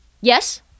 Yes